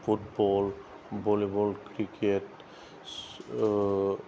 football volleyball cricket